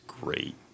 great